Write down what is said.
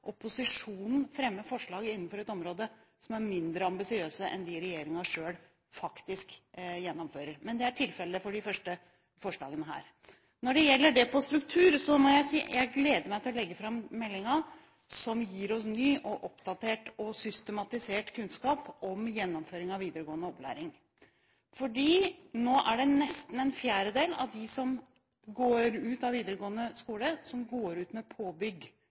opposisjonen fremmer innenfor et område forslag som er mindre ambisiøse enn dem regjeringen selv gjennomfører. Det er tilfellet for de første forslagene her. Når det gjelder struktur, må jeg si jeg gleder meg til å legge fram meldingen som gir oss ny, oppdatert og systematisert kunnskap om gjennomføringen av videregående opplæring. Nesten en fjerdedel av dem som går ut av videregående skole,